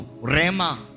Rema